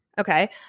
Okay